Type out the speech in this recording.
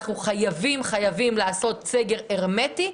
אנחנו חייבים לעשות סגר הרמטי,